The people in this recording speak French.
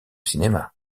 cinéma